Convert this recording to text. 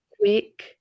quick